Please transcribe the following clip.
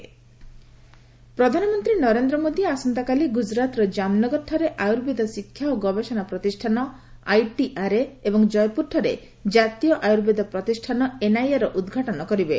PM inaugurate ପ୍ରଧାନମନ୍ତ୍ରୀ ନରେନ୍ଦ୍ର ମୋଦୀ ଆସନ୍ତାକାଲି ଗୁଜରାତର ଜାମନଗରଠାରେ ଆୟୁର୍ବେଦ ଶିକ୍ଷା ଓ ଗବେଷଣା ପ୍ରତିଷ୍ଠାନ ଆଇଟିଆର୍ଏ ଏବଂ ଜୟପୁରଠାରେ ଜାତୀୟ ଆୟୁର୍ବେଦ ପ୍ରତିଷ୍ଠାନ ଏନ୍ଆଇଏର ଉଦ୍ଘାଟନ କରିବେ